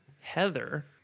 Heather